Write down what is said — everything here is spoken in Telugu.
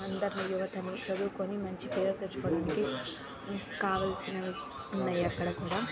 అందరిని యువతని చదువుకోని మంచి పేరు తెచ్చుకోవడానికి కావాల్సినవి ఉన్నాయి అక్కడ కూడా